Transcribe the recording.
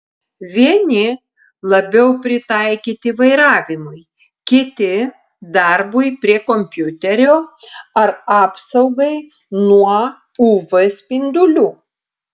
vieni labiau pritaikyti vairavimui kiti darbui prie kompiuterio ar apsaugai nuo uv spindulių